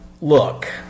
look